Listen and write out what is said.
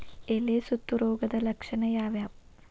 ಎಲೆ ಸುತ್ತು ರೋಗದ ಲಕ್ಷಣ ಯಾವ್ಯಾವ್?